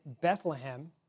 Bethlehem